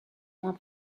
moins